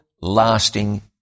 lasting